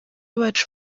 bacu